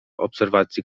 obserwacji